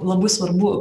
labai svarbu